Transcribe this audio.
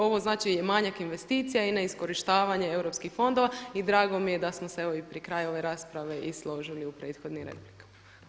Ovo znači je manjak investicija i neiskorištavanje europskih fondova i drago mi je da smo se evo i pri kraju ove rasprave i složili u prethodnim replikama.